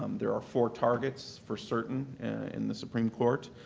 um there are four targets for certain in the supreme court,